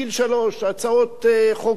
הצעות חוק שוכבות פה.